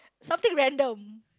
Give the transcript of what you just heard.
something random